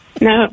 no